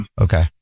Okay